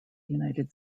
united